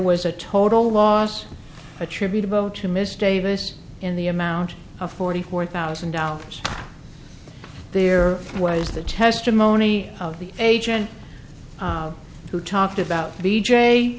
was a total loss attributable to ms davis in the amount of forty four thousand dollars there was the testimony of the agent who talked about